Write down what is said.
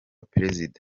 perezida